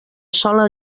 sola